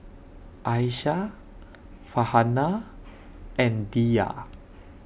Aisyah Farhanah and Dhia